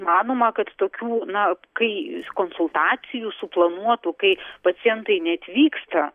manoma kad tokių na kai konsultacijų suplanuotų kai pacientai neatvyksta